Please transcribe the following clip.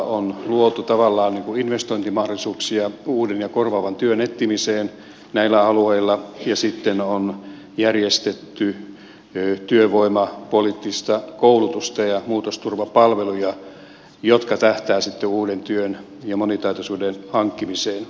on luotu tavallaan investointimahdollisuuksia uuden ja korvaavan työn etsimiseen näillä alueilla ja sitten on järjestetty työvoimapoliittista koulutusta ja muutosturvapalveluja jotka tähtäävät uuden työn ja monitaitoisuuden hankkimiseen